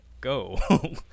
go